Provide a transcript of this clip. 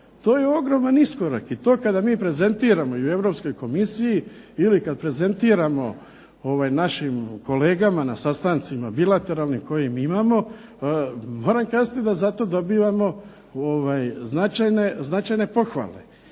To je ogroman iskorak i to kada mi prezentiramo i Europskoj Komisiji ili kad prezentiramo našim kolegama na sastancima bilateralnim koje mi imamo, moram kazati da za to dobivamo značajne pohvale.